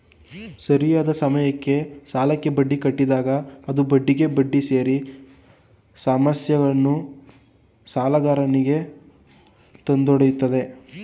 ಸರಿಯಾದ ಸಮಯಕ್ಕೆ ಸಾಲಕ್ಕೆ ಬಡ್ಡಿ ಕಟ್ಟಿದಾಗ ಅದು ಬಡ್ಡಿಗೆ ಬಡ್ಡಿ ಸೇರಿ ಸಮಸ್ಯೆಯನ್ನು ಸಾಲಗಾರನಿಗೆ ತಂದೊಡ್ಡುತ್ತದೆ